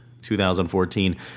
2014